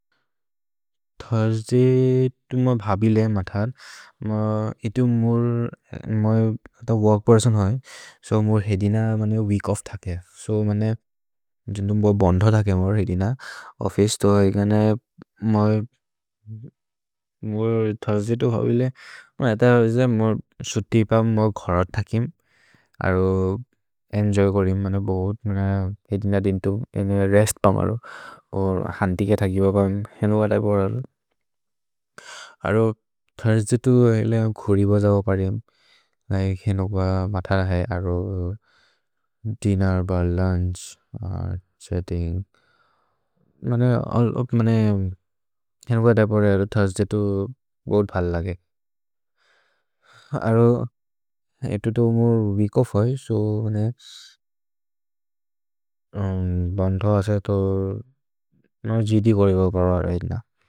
थुर्स्दय् तु म भबिले मथर्, म इतु मोर्, म त वोर्क् पेर्सोन् होय्, सो मोर् हेदिन मनि वीक् ओफ्फ् थके। सो मनि जुन्दुम् मोर् बन्ध थके मोर् हेदिन, ओफ्फिचे तो होय्, गन म, मोर् थुर्स्दय् तु होबिले, म इत मोर् सुतिपम् मोर् घरत् थकिम् अरु एन्जोय् करिम् मन बोहोत्। म हेदिन दिन्तु, इनु रेस्त् त मरो ओर् हन्ति के थगि बबम्। अरु थुर्स्दय् तु होय्ले घोरि भजओ परिम्, लिके हेनु ब, मथर् है, अरु दिन्नेर् ब, लुन्छ्, सेत्तिन्ग्, मने अरु थुर्स्दय् तु बोहोत् भल लगे। अरु इतु तु मोर् वीक् ओफ्फ् होय्, सो मनि बन्ध असे, तो जिदि घोरि ब करो, मोर् हेदिन।